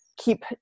keep